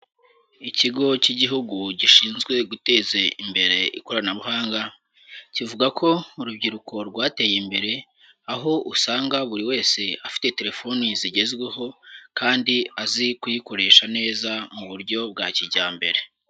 Ikigo cy'Igihugu gishinzwe guteza imbere ikoranabuhanga, kivuga ko urubyiruko rwateye imbere aho usanga buri wese afite telefoni zigezweho kandi azi kuyikoresha neza mu buryo bwa kijyambere.